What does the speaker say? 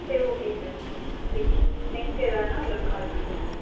சரி okay sir okay sir next எதாவதுன்னா உங்களுக்கு கால் பண்ணுறேன் சார்